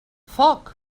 foc